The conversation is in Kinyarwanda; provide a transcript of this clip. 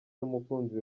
n’umukunzi